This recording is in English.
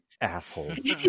assholes